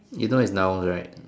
you know is nouns right